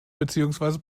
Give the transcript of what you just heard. beziehungsweise